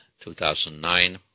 2009